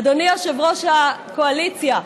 אדוני יושב-ראש הקואליציה,